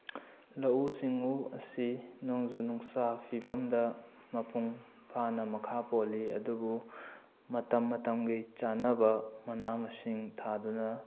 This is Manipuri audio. ꯂꯧꯎ ꯁꯤꯡꯎ ꯑꯁꯤ ꯅꯣꯡꯖꯨ ꯅꯨꯡꯁꯥ ꯐꯤꯕꯝꯗ ꯃꯄꯨꯡ ꯐꯥꯅ ꯃꯈꯥ ꯄꯣꯜꯂꯤ ꯑꯗꯨꯕꯨ ꯃꯇꯝ ꯃꯇꯝꯒꯤ ꯆꯥꯅꯕ ꯃꯅꯥ ꯃꯁꯤꯡ ꯊꯥꯗꯨꯅ